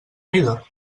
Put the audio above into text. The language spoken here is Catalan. mida